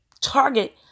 target